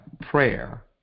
prayer